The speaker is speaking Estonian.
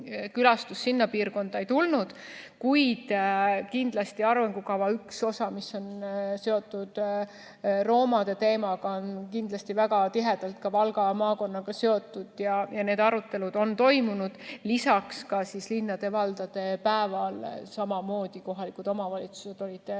külastust sinna piirkonda ei tulnud. Kuid kindlasti arengukava üks osa, mis on seotud romade teemaga, on väga tihedalt ka Valga maakonnaga seotud ja need arutelud on toimunud. Lisaks olid linnade ja valdade päeval samamoodi kohalikud omavalitsused aruteludesse